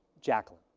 jacqueline,